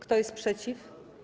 Kto jest przeciw?